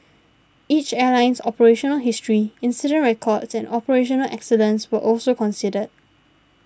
each airline's operational history incident records and operational excellence were also considered